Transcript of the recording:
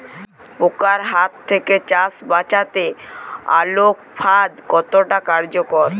পোকার হাত থেকে চাষ বাচাতে আলোক ফাঁদ কতটা কার্যকর?